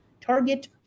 Target